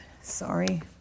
Sorry